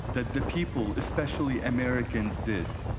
that the people, especially americans did.